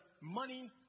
money